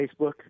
Facebook